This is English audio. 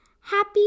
Happy